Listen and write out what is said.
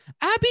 Abby